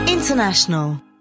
International